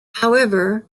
however